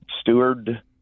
steward